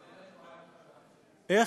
איך?